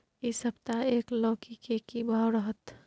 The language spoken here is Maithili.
इ सप्ताह एक लौकी के की भाव रहत?